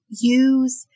use